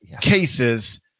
cases